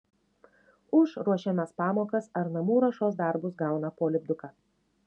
už ruošiamas pamokas ar namų ruošos darbus gauna po lipduką